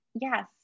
yes